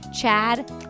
Chad